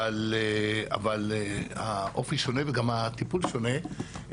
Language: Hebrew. אבל האופי שונה וגם הטיפול שונה.